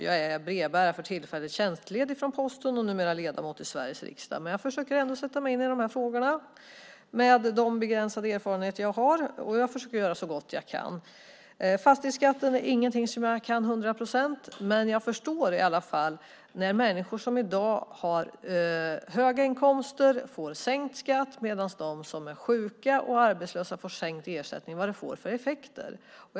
Jag är brevbärare, för tillfället tjänstledig från Posten och numera ledamot av Sveriges riksdag. Men jag försöker ändå sätta mig in i de här frågorna med de begränsade erfarenheter jag har, och jag försöker göra så gott jag kan. Fastighetsskatten är inget jag kan till hundra procent, men jag förstår i alla fall när människor som i dag har höga inkomster får sänkt skatt medan de som är sjuka och arbetslösa får sänkt ersättning och vilka effekter detta får.